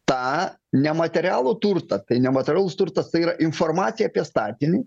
tą nematerialų turtą tai nematerialus turtas tai yra informacija apie statinį